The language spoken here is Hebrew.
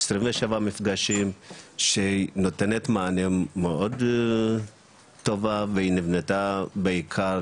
27 מפגשים שנותנים מענה מאוד טוב והיא נבנתה בעיקר